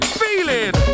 feeling